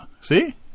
See